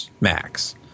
max